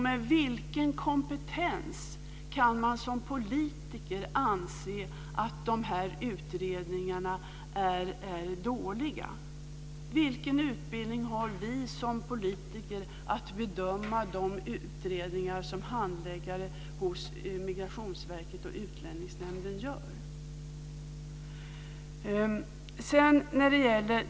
Med vilken kompetens kan man som politiker anse att de här utredningarna är dåliga? Vilken utbildning har vi som politiker för att kunna bedöma de utredningar som handläggare hos Migrationsverket och Utlänningsnämnden gör?